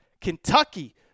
Kentucky